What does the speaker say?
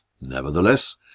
Nevertheless